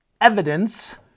evidence